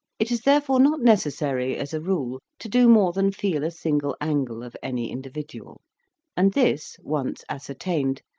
it is therefore not necessary, as a rule, to do more than feel a single angle of any individual and this, once ascertained,